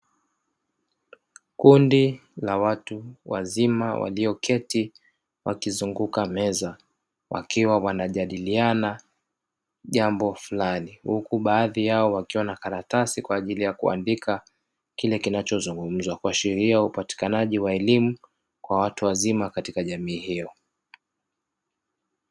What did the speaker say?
Kundi la watu wazima walioketi wakizunguka meza wakiwa wanajadiliana jambo fulani, huku baadhi yao wakiwa na karatasi kwa ajili ya kuandika kile kinachozungumzwa kuashiria upatikanaji wa elimu kwa watu wazima katika jamii hiyo.